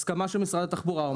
הסכמה של משרד התחבורה.